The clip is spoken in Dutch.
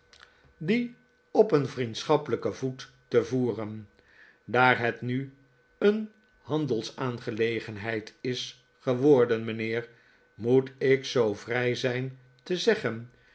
hij uit een vriendschappelijken voet te voeren daar het nu een handelsaangelegenheid is geworden mijnheer moet ik zoo vrij zijn te zeggen